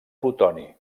plutoni